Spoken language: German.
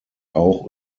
auch